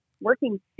working